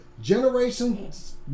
Generations